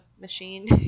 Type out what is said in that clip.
machine